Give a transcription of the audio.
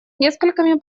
несколькими